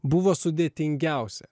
buvo sudėtingiausia